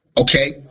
Okay